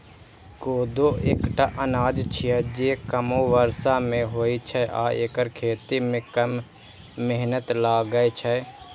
कोदो एकटा अनाज छियै, जे कमो बर्षा मे होइ छै आ एकर खेती मे कम मेहनत लागै छै